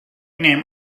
neem